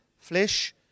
flesh